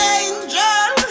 angel